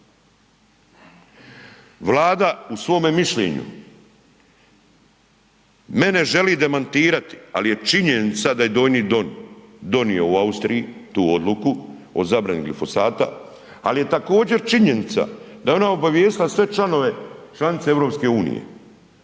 Vlada u svome mišljenju mene želi demantirati, ali je činjenica da je Donji dom donio u Austriji tu odluku o zabrani glifosata, ali je također činjenica da je ona obavijestila sve članove, članice